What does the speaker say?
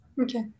Okay